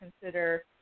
consider